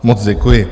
Moc děkuji.